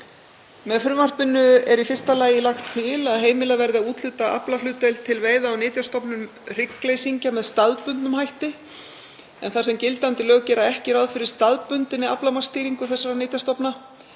Með frumvarpinu er í fyrsta lagi lagt til að heimilað verði að úthluta aflahlutdeild til veiða á nytjastofnum hryggleysingja með staðbundnum hætti. Þar sem gildandi lög gera ekki ráð fyrir staðbundinni aflamarksstýringu þessara nytjastofna